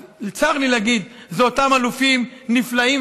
אז צר לי להגיד שזה אותם אלופים נפלאים